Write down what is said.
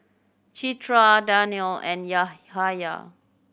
Citra Danial and Yahaya